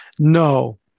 No